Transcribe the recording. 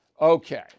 Okay